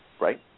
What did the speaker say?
right